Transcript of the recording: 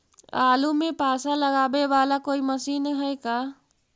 आलू मे पासा लगाबे बाला कोइ मशीन है का?